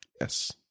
yes